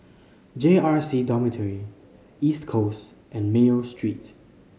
J R C Dormitory East Coast and Mayo Street